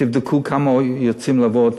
תבדקו כמה יוצאים לעבוד,